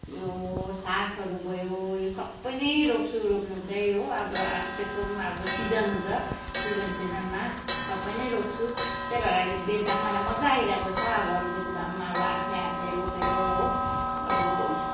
यो सागहरू भयो यो सबै नै रोप्छु रोप्नु चाहिँ हो अब त्यसको पनि अब सिजन हुन्छ सिजन सिजनमा सबै नै रोप्छु त्यही भएर अहिले बेच्दा पनि अहिले मलाई मजा आइरहेको छ अब अलिकति भए पनि अब आफ्नै हातले रोपेको हो अब